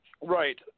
Right